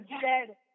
dead